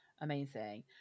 amazing